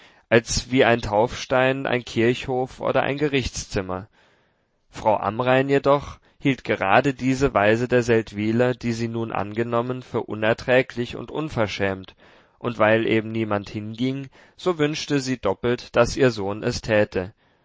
als wie ein taufstein ein kirchhof oder ein gerichtszimmer frau amrain jedoch hielt gerade diese weise der seldwyler die sie nun angenommen für unerträglich und unverschämt und weil eben niemand hinging so wünschte sie doppelt daß ihr sohn es täte